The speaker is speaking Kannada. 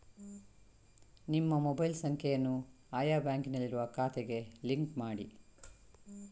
ನಿಮ್ಮ ಮೊಬೈಲ್ ಸಂಖ್ಯೆಯನ್ನು ಆಯಾ ಬ್ಯಾಂಕಿನಲ್ಲಿರುವ ಖಾತೆಗೆ ಲಿಂಕ್ ಮಾಡಿ